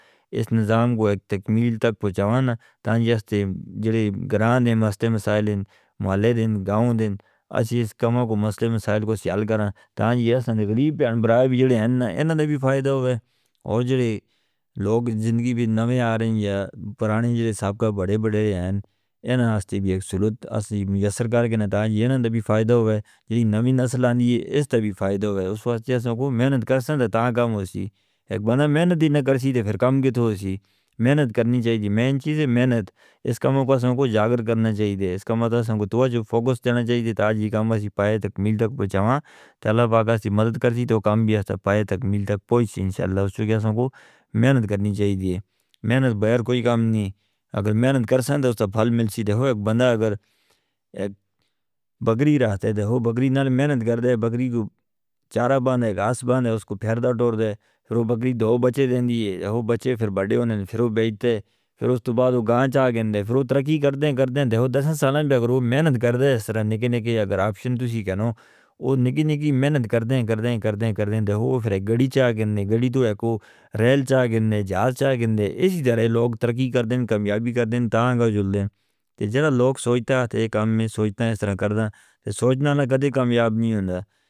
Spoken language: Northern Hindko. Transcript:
اسنے کام کو ایک تکمیل تک پچانا تانجیسے گرانے مسئلے مسائلیں مولدیں گاؤں دن اس کاموں کو مسئلے مسائل کو سیال کرنا تانجیسے غریب اور برائے بڑے ہیں انہاں دے بھی فائدہ ہوئے اور جو لوگ زندگی بھی نویں آ رہے ہیں پرانے سابق بڑے بڑے ہیں انہاں آسے بھی ایک سلوٹ اسی ميسر کرنے نتاج انہاں دے بھی فائدہ ہوئے جو نویں نسل آنے یہ اس دے بھی فائدہ ہوئے۔ اس واسطے اساں کو محنت کرسن تاکہ کام ہو سی۔ ایک بندہ محنت نہیں کرسی تو پھر کام کتھو سی۔ محنت کرنی چاہیے، مین چیز ہے محنت۔ اس کام کو پسوں کو جاغر کرنا چاہیے، اس کا مطلب ہے توجہ فوکس دینا چاہیے تاکہ کام اس پاے تکمیل تک پچاماں۔ تالا باقی ہمیں مدد کرسی تو کام بھی ایسا پاے تکمیل تک پچاماں انشاءاللہ۔ اس کے ساتھ محنت کرنی چاہیے، محنت بغیر کوئی کام نہیں۔ اگر محنت کرسن تو اس کا پھل مل سی۔ بندہ اگر بکری رہتے ہو بکری نال محنت کر دے، بکری کو چارہ پاننے، گاس پاننے، اس کو پھیر دا ٹور دے، پھر وہ بکری دو بچے دے دی ہے۔ دو بچے پھر بڑے ہو نے، پھر وہ بیج دے، پھر اس توباد وہ گاں چاغندے، پھر وہ ترقی کر دیں کرتے ہیں۔ پھر دس ہیں سال اندر وہ محنت کر دیں۔ اس طرح نکی نکی اگر آپشن توسی کہ نو وہ نکی نکی محنت کر دیں کرتے ہیں، کرتے ہیں پھر وہ پھر گاڑی چاغندے، گاڑی تو ایکو ریل چاغندے، جہاز چاغندے۔ اسی طرح لوگ ترقی کر دیں، کامیابی کر دیں۔ تانگہ جڑدے ہیں جو لوگ سوچتے ہیں تو کام میں سوچتے ہیں، اس طرح کردہ سوچنا نہ کدھیں کامیاب نہیں ہوتا.